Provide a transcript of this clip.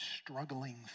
struggling